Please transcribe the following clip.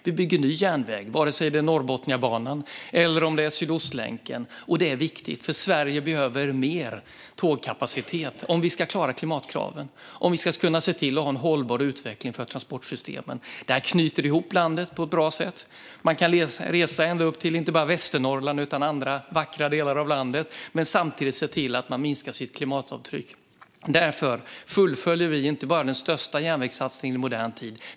Vi bygger ny järnväg, vare sig det är Norrbotniabanan eller Sydostlänken. Det är viktigt. Sverige behöver mer tågkapacitet om vi ska kunna klara klimatkraven och kunna se till att ha en hållbar utveckling för transportsystemen. Det knyter ihop landet på ett bra sätt. Man kan resa ända upp till inte bara Västernorrland utan andra vackra delar av landet. Samtidigt ser man till att man minskar sitt klimatavtryck. Därför fullföljer vi inte bara den största järnvägssatsningen i modern tid.